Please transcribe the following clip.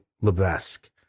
levesque